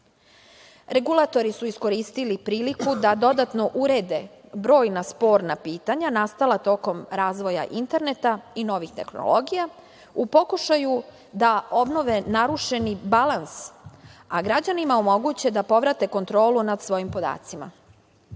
su iskoristili priliku da dodatno urede brojna sporna pitanja nastala tokom razvoja interneta i novih tehnologija u pokušaju da obnove narušeni balans a građanima omoguće da povrate kontrolu nad svojim podacima. Značajna